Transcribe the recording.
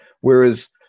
whereas